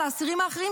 על האסירים האחרים,